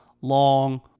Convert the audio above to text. long